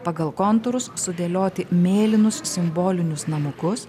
pagal kontūrus sudėlioti mėlynus simbolinius namukus